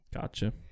Gotcha